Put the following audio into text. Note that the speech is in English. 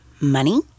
Money